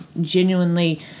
genuinely